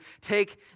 take